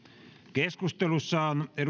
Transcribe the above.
keskustelussa on